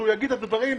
שיגיד את הדברים.